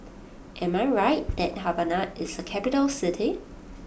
am I right that Havana is a capital city